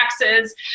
taxes